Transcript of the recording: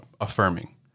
affirming